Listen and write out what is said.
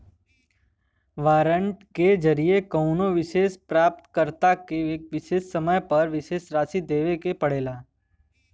warrant के जरिये कउनो विशेष प्राप्तकर्ता के एक विशेष समय पर विशेष राशि देवे के पड़ला